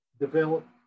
develop